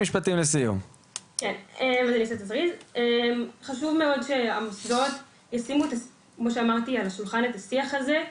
חשוב מאוד שהמוסדות ישימו על השולחן את השיח הזה.